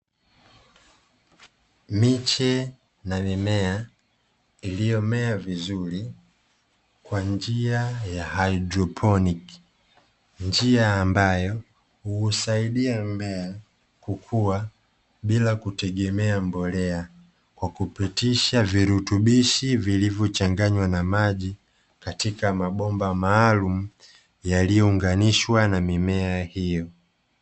Miche na mimea iliyomea vizuri kwa njia ya Haidroponi, njia ambayo husaidia mimea kukua bila kutegemea mbolea kwa kupitisha virutubishi vilivyochanganywa na maji katika mabomba maalumu yaliyounganishwa na mimea hiyo.